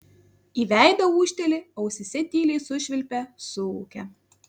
į veidą ūžteli ausyse tyliai sušvilpia suūkia